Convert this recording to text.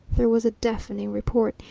there was a deafening report.